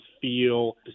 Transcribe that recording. feel